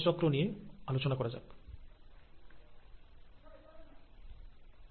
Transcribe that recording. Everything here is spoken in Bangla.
এই সমস্ত বিষয় গুলি আমরা আলোচনা করব কোষ বিভাজনের ক্লাসে